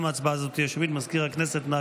אני קובע כי גם הצעה זו לא התקבלה.